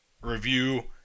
Review